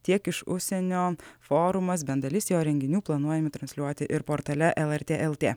tiek iš užsienio forumas bent dalis jo renginių planuojami transliuoti ir portale lrt lt